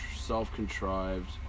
self-contrived